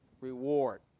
reward